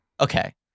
Okay